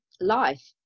life